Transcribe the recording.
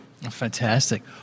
Fantastic